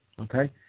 okay